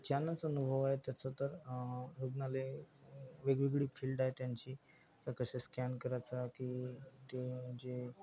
छानच अनुभव आहे त्याचं तर रुग्णालय वेगवेगळी फील्ड आहे त्यांची तर कसे स्कॅन करायचा की ते म्हणजे